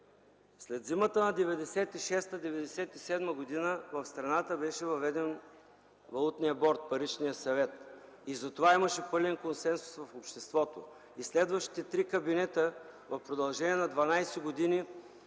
след зимата на 1996-1997 г. в страната беше въведен Валутният борд, Паричният съвет. За това въвеждане имаше пълен консенсус в обществото. Следващите три кабинета в продължение на 12 години